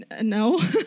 No